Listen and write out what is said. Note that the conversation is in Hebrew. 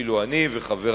אפילו אני וחברי,